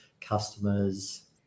customers